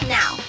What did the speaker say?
now